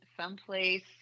someplace